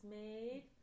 made